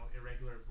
irregular